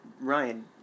Ryan